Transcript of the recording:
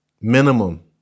Minimum